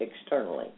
externally